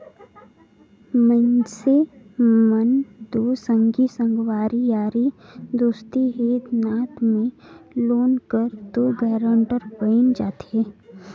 मइनसे मन दो संगी संगवारी यारी दोस्ती हित नात में लोन कर दो गारंटर बइन जाथे